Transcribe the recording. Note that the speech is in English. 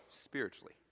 spiritually